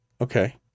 Okay